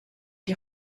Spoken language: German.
die